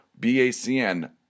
BACN